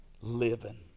living